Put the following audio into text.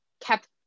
kept